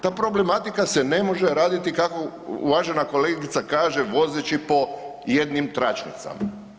Ta problematika se ne može raditi kako uvažena kolegica kaže, vozeći po jednim tračnicama.